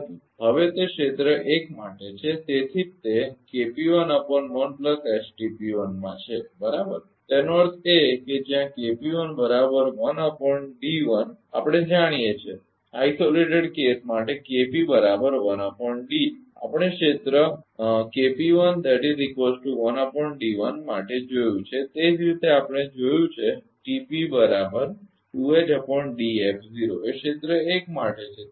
હવે તે ક્ષેત્ર 1 માટે છે તેથી જ તે માં છે બરાબર તેનો અર્થ એ છે કે જ્યાં આપણે જાણીએ છીએ કે અલગ કેસ માટે આપણે ક્ષેત્ર માટે જોયું છે તે જ રીતે આપણે જોયું છે એ ક્ષેત્ર 1 માટે છે તેથી જ